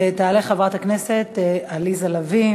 ותעלה חברת הכנסת עליזה לביא,